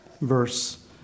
verse